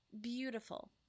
beautiful